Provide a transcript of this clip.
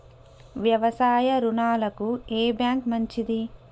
వ్యవసాయ రుణాలకు ఏ బ్యాంక్ మంచిది?